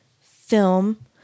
film